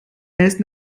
erst